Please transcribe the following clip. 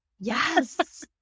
Yes